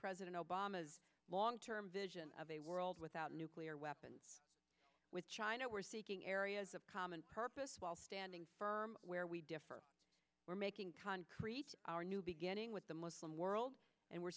president obama's long term vision of a world without nuclear weapons with china we're seeking areas of common purpose while standing firm where we differ we're making concrete our new beginning with the muslim world and we're